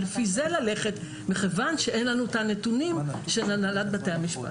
ללכת לפי זה מכיוון שאין לנו את הנתונים של הנהלת בתי המשפט.